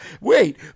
wait